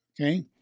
Okay